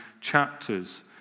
chapters